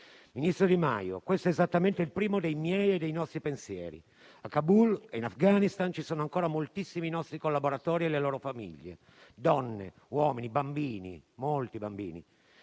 Ministro Di Maio, questo è esattamente il primo dei miei e dei nostri pensieri. A Kabul e in Afghanistan ci sono ancora moltissimi nostri collaboratori e le loro famiglie: donne, uomini, bambini - molti bambini